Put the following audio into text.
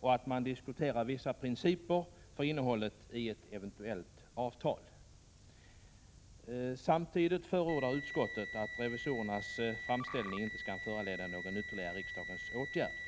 och att man diskuterar vissa principer för innehållet i ett eventuellt avtal. Samtidigt förordar utskottet att revisorernas framställning inte skall föranleda någon ytterligare riksdagens åtgärd.